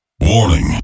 Warning